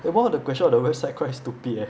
eh one of the question on the website quite stupid eh